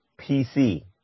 PC